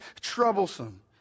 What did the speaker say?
troublesome